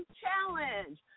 Challenge